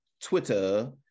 Twitter